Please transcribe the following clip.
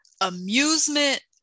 amusement